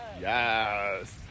Yes